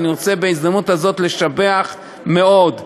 אני רוצה בהזדמנות הזאת לשבח מאוד,